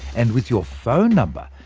and with your phone number,